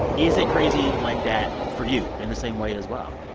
is it crazy like that for you in the same way as well?